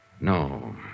No